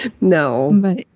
No